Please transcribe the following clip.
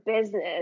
business